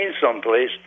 someplace